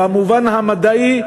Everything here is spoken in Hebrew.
במובן המדעי,